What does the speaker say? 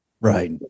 Right